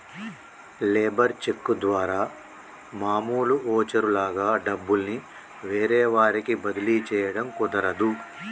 labour cheque ద్వారా మామూలు voucher లాగా డబ్బుల్ని వేరే వారికి బదిలీ చేయడం కుదరదు